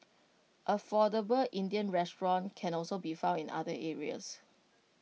affordable Indian restaurants can also be found in other areas